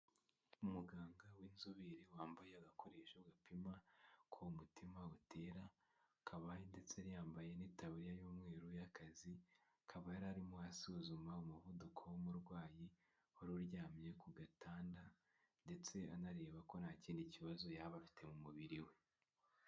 Umuganga w'inzobere wambaye agakoresho gapima ko umutima utera, akaba ndetse yari yambaye n'itaburiya y'umweru y'akazi, akaba yari arimo asuzuma umuvuduko w'umurwayi wari uryamye ku gatanda, ndetse anareba ko nta kindi kibazo yaba afite mu mubiri we.